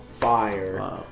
fire